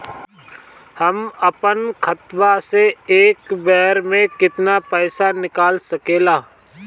हम आपन खतवा से एक बेर मे केतना पईसा निकाल सकिला?